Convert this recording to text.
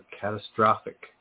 catastrophic